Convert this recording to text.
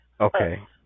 Okay